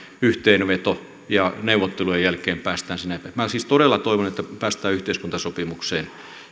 yhteenveto ja neuvottelujen jälkeen päästään sinne minä siis todella toivon että päästään yhteiskuntasopimukseen